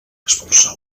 expulsar